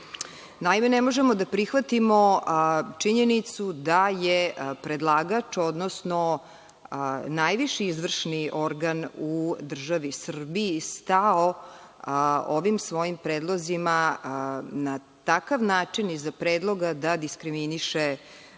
nisu. Naime, ne možemo da prihvatimo činjenicu da je predlagač, odnosno najviši izvršni organ u državi Srbiji, stao ovim svojim predlozima na takav način iza predloga da diskriminiše